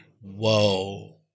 Whoa